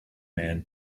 man